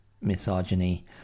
misogyny